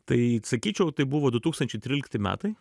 tai sakyčiau tai buvo du tūkstančiai trylikti metai